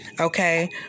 Okay